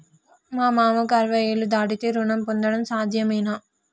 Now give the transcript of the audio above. మా మామకు అరవై ఏళ్లు దాటితే రుణం పొందడం సాధ్యమేనా?